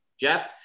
Jeff